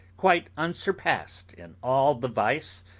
quite unsurpassed in all the vice,